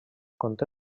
conté